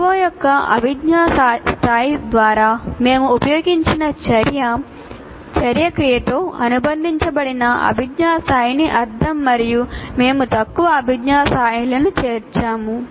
CO యొక్క అభిజ్ఞా స్థాయి ద్వారా మేము ఉపయోగించిన చర్య క్రియతో అనుబంధించబడిన అభిజ్ఞా స్థాయిని అర్థం మరియు మేము తక్కువ అభిజ్ఞా స్థాయిలను చేర్చము